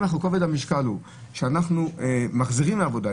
אם כובד המשקל הוא שאנחנו מחזירים לעבודה,